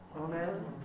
Amen